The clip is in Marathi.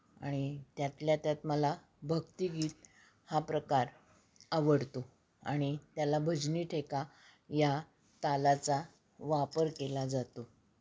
आणि त्यातल्या त्यात मला भक्तिगीत हा प्रकार आवडतो आणि त्याला भजनी ठेका या तालाचा वापर केला जातो